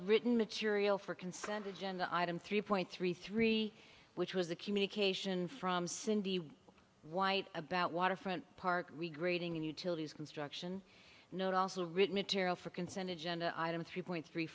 written material for consent agenda item three point three three which was the communication from cindy white about waterfront park regrading utilities construction note also written material for consent to gender item three point three